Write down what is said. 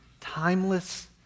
timeless